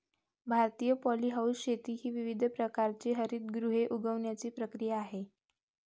भारतातील पॉलीहाऊस शेती ही विविध प्रकारची हरितगृहे उगवण्याची प्रक्रिया आहे